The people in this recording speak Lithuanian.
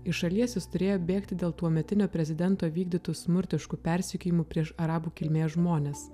iš šalies jis turėjo bėgti dėl tuometinio prezidento vykdytų smurtiškų persekiojimų prieš arabų kilmės žmones